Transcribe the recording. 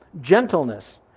Gentleness